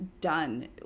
done